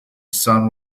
sun